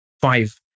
Five